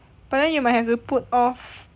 but then you might have to put off